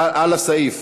על הסעיף.